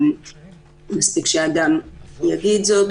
מספיק שאדם יגיד זאת,